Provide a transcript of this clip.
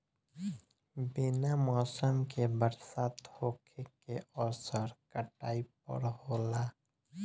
बिना मौसम के बरसात होखे के असर काटई पर होला